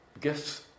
gifts